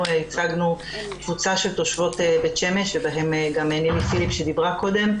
אנחנו ייצגנו קבוצה של תושבות בית שמש ובהן גם נילי פיליפ שדיברה קודם,